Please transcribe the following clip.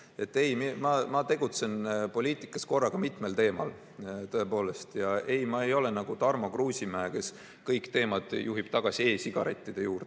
ma tegutsen poliitikas korraga mitmel teemal. Tõepoolest! Ma ei ole nagu Tarmo Kruusimäe, kes kõik teemad juhib lõpuks e-sigarettide juurde.